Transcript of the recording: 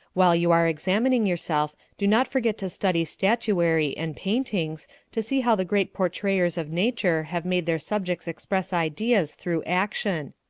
while you are examining yourself, do not forget to study statuary and paintings to see how the great portrayers of nature have made their subjects express ideas through action.